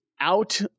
out